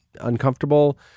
uncomfortable